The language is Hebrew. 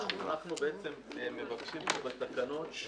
אנחנו מבקשים פה בתקנות,